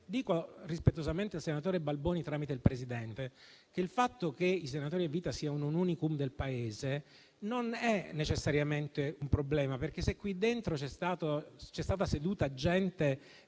Dico rispettosamente al senatore Balboni, tramite il Presidente, che il fatto che i senatori a vita siano un *unicum* del Paese non è necessariamente un problema, perché, se qui dentro è stata seduta gente